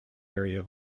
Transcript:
area